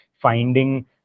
finding